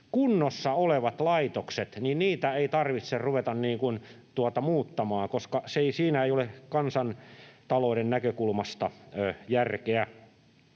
kunnossa olevia laitoksia ei tarvitse ruveta muuttamaan, koska siinä ei ole kansantalouden näkökulmasta järkeä.